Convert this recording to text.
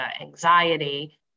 anxiety